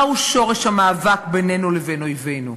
מהו שורש המאבק בינינו לבין אויבינו?